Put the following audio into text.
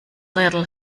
little